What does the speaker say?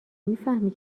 میفهمی